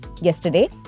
Yesterday